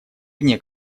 вне